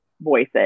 voices